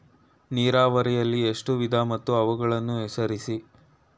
ನೀರಾವರಿಯಲ್ಲಿ ಎಷ್ಟು ವಿಧ ಮತ್ತು ಅವುಗಳನ್ನು ಹೆಸರಿಸಿ?